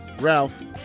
Ralph